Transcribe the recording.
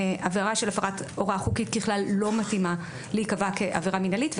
עבירה של הפרת הוראה חוקית ככלל לא מתאימה להיקבע כעבירה מינהלית,